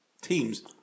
teams